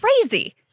crazy